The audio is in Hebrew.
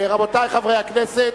רבותי חברי הכנסת,